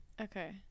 okay